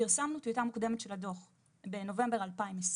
פרסמנו טיוטה מוקדמת של הדוח בנובמבר 2020,